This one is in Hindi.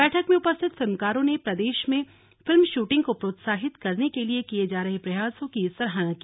बैठक में उपस्थित फिल्मकारों ने प्रदेश में फिल्म शूटिंग को प्रोत्साहित करने के लिए किए जा रहे प्रयासों की सराहना की